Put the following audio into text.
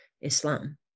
Islam